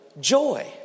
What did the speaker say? joy